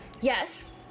Yes